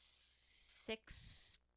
six